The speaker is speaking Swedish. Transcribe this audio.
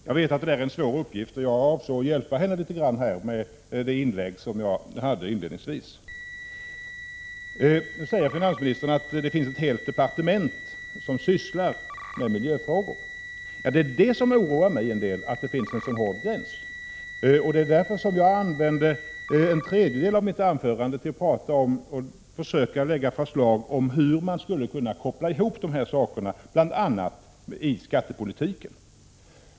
Jag vet att det är en svår uppgift, och jag avsåg att hjälpa henne litet grand med det inlägg som jag gjorde inledningsvis. Nu säger finansministern att det finns ett helt departement som sysslar med miljöfrågor. Ja, det är detta som oroar mig en del, att det finns en så skarp gräns. Det var därför jag använde en tredjedel av mitt anförande till att försöka lägga fram förslag om hur man skulle kunna koppla ihop de här sakerna, bl.a. i skattepolitiken.